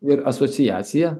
ir asociacija